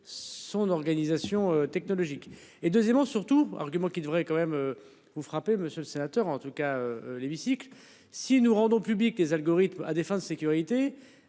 son organisation technologique et deuxièmement surtout, argument qui devrait quand même vous frappez monsieur le sénateur, en tout cas l'hémicycle si nous rendons publics les algorithmes à des fins de sécurité.